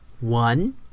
one